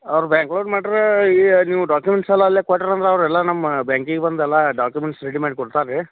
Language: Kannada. ಅವ್ರು ಬ್ಯಾಕ್ವರ್ಡ್ ಮಾಡ್ರಾ ಈಯಾ ನೀವು ಡಾಕ್ಯುಮೆಂಟ್ಸ್ ಎಲ್ಲ ಅಲ್ಲೆ ಕೊಟ್ರು ಅಂದ್ರೆ ಅವ್ರು ಎಲ್ಲ ನಮ್ಮ ಬ್ಯಾಂಕಿಂಗೆ ಬಂದು ಎಲ್ಲ ಡಾಕ್ಯುಮೆಂಟ್ಸ್ ರೆಡಿ ಮಾಡಿ ಕೊಡ್ತಾರೆ ರೀ